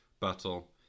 battle